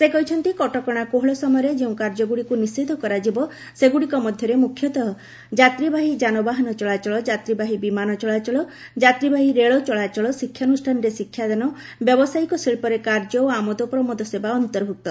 ସେ କହିଛନ୍ତି କଟକଣା କୋହଳ ସମୟରେ ଯେଉଁ କାର୍ଯ୍ୟଗୁଡ଼ିକୁ ନିଷେଧ କରାଯିବ ସେଗ୍ରଡ଼ିକ ମଧ୍ୟରେ ମ୍ରଖ୍ୟତଃ ଯାତ୍ନୀବାହୀ ଯାନବାହାନ ଚଳାଚଳ ଯାତ୍ରୀବାହୀ ବିମାନ ଚଳାଚଳ ଯାତ୍ରୀବାହୀ ରେଳ ଚଳାଚଳ ଶିକ୍ଷାନୁଷ୍ଠାନରେ ଶିକ୍ଷାଦାନ ବ୍ୟବସାୟିକ ଶିଳ୍ପରେ କାର୍ଯ୍ୟ ଓ ଆମୋଦପ୍ରମୋଦ ସେବା ଅନ୍ତର୍ଭୁକ୍ତ